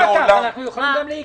אנחנו יכולים גם להיקרע.